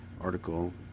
article